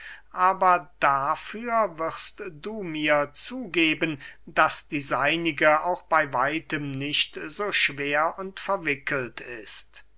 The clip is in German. aber dafür wirst du mir zugeben daß die seinige auch bey weitem nicht so schwer und verwickelt ist